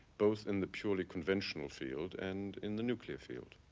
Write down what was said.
both in the purely conventional field and in the nuclear field.